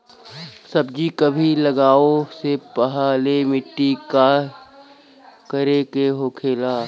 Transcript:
सब्जी कभी लगाओ से पहले मिट्टी के का करे के होखे ला?